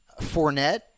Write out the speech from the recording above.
Fournette